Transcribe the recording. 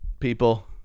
people